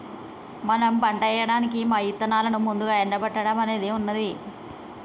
మనం పంట ఏయడానికి మా ఇత్తనాలను ముందుగా ఎండబెట్టడం అనేది ఉన్నది